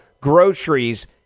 groceries